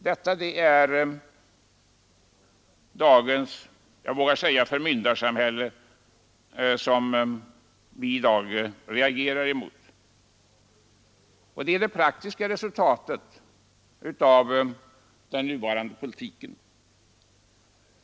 Detta är dagens — jag vågar säga — förmyndarsamhälle, som vi nu reagerar emot. Det är det praktiska resultatet av den nuvarande politiken.